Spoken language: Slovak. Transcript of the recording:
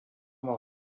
mal